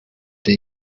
the